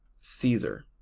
Caesar